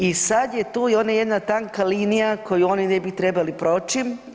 I sada je tu i ona jedna tanka linija koju oni ne bi trebali proći.